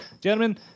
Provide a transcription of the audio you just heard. Gentlemen